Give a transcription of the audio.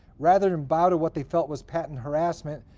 rather than bow to what they felt was patent harassment,